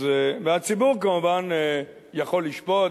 הציבור כמובן יכול לשפוט.